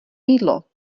mýdlo